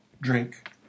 drink